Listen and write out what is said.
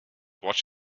watch